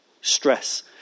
stress